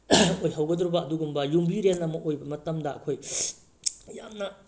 ꯑꯣꯏꯍꯧꯒꯗꯣꯔꯤꯕ ꯑꯗꯨꯒꯨꯝꯕ ꯌꯨꯝꯕꯤꯔꯦꯟ ꯑꯃ ꯑꯣꯏꯕ ꯃꯇꯝꯗ ꯑꯩꯈꯣꯏ ꯌꯥꯝꯅ